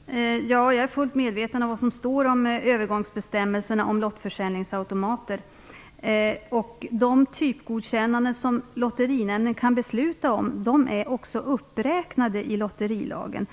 Fru talman! Jag är fullt medveten om vad som står i övergångsbestämmelserna om lottförsäljningsautomater. De typgodkännanden som Lotterinämnden kan besluta om är också uppräknade i lotterilagen.